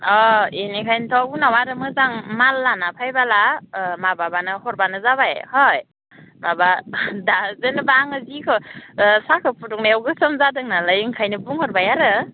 अ एनिखायनोथ' उनाव आरो मोजां माल लाना फायबोला ओ माबाब्लानो हरब्लानो जाबाय हय माबा दा जेनोबा आङो जिखौ ओ साहाखौ फुदुंनायाव गोसोम जादोंनालाय ओंखायनो बुंहरबाय आरो